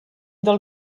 del